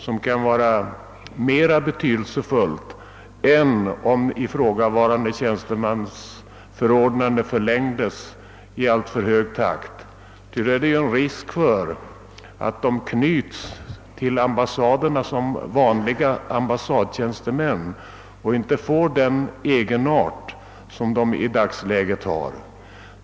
Detta kan vara mera betydelsefullt än att ifrågavarande tjänstemäns förordnanden förlängs. Då före ligger nämligen den risken att de knyts till ambassaderna som vanliga ambassadtjänstemän och inte behåller den egenart som de i dagsläget har.